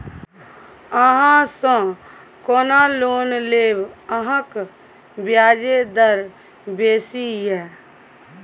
अहाँसँ कोना लोन लेब अहाँक ब्याजे दर बेसी यै